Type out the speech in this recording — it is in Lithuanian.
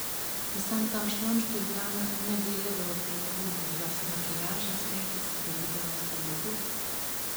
visam tam šlamštui hana negailėdavo pinigų ir jos makiažas regis darydavo stebuklus